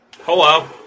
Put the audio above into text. Hello